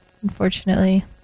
unfortunately